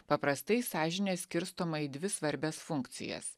paprastai sąžinė skirstoma į dvi svarbias funkcijas